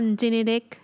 genetic